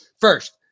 First